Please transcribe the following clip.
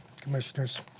Commissioners